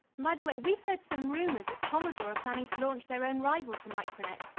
by the way, we've heard some rumors that commodore are planning to launch their own rival to micronet.